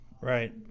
Right